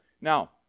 Now